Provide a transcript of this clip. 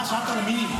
שאלת על המינים?